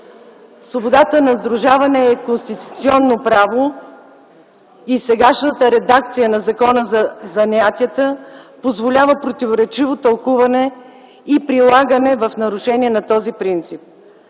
Свободата на сдружаване е конституционно право. Сегашната редакция на Закона за занаятите позволява противоречиво тълкуване и прилагане в нарушение на този принцип.